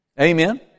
Amen